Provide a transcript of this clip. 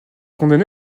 condamné